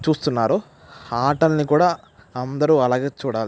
చూస్తున్నారో ఆటలని కూడా అందరూ అలాగే చూడాలి